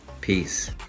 peace